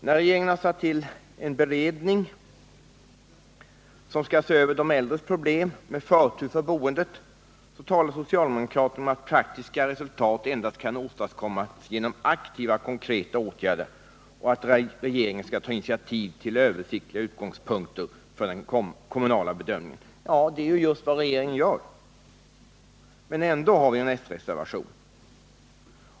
När regeringen har satt till en beredning som skall se över de äldres problem, med förtur för boendet, talar socialdemokraterna om att praktiska resultat endast kan åstadkommas genom aktiva konkreta åtgärder och att regeringen skall ta initiativ för att man skall få översiktliga utgångspunkter för den kommunala bedömningen. — Det är just vad regeringen gör, men ändå finns det en s-reservation.